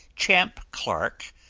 champ clark,